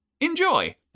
Enjoy